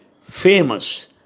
famous